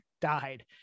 died